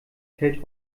fällt